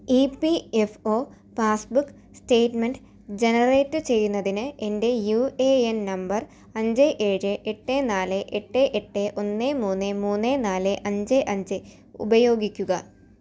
E P F O passbook statement generate ചെയ്യുന്നതിന് എൻ്റെ U N number അഞ്ച് ഏഴ് എട്ട് നാല് എട്ട് എട്ട് ഒന്ന് മൂന്ന് മൂന്ന് നാല് അഞ്ച് അഞ്ച് ഉപയോഗിക്കുക